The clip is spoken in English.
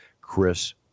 Chris